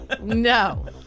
No